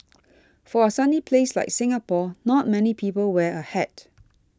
for a sunny place like Singapore not many people wear a hat